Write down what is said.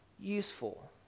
useful